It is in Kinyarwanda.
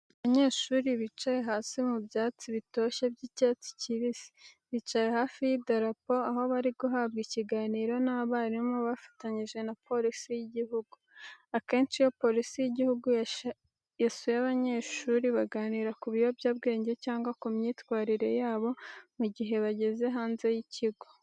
Abanyeshuri bicaye hasi mu byatsi bitoshye by'icyatsi kibisi, bicaye hafi y'idarapo aho bari guhabwa ikiganiro n'abarimu bafatanyije na polisi y'igihugu. Akenshi iyo polisi y'igihugu yasuye abanyeshuri baganira ku biyobyabwenge cyangwa ku myitwarire yabo mu gihe bageze hanze y'ikigo.